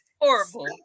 Horrible